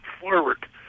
forward